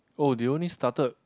oh they only started